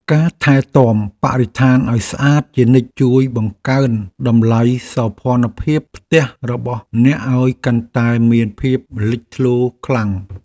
ការថែទាំបរិស្ថានឱ្យស្អាតជានិច្ចជួយបង្កើនតម្លៃសោភ័ណភាពផ្ទះរបស់អ្នកឱ្យកាន់តែមានភាពលេចធ្លោខ្លាំង។